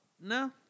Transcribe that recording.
No